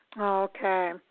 Okay